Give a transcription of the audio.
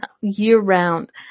year-round